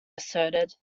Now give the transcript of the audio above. asserted